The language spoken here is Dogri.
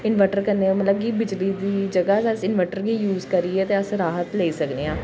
इनवर्टर कन्नै मतलब की बिजली दी जगह अस इनवर्टर यूज़ करियै ते अस राहत लेई सकने आं